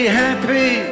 happy